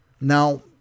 Now